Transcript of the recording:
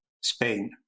Spain